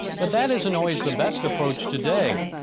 but that isn't always the best approach today.